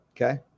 okay